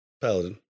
Paladin